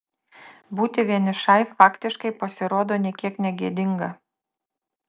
būti vienišai faktiškai pasirodo nė kiek negėdinga